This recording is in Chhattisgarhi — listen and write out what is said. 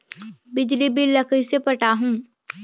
बिजली बिल ल कइसे पटाहूं?